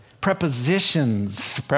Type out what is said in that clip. Prepositions